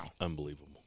unbelievable